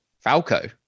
falco